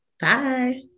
Bye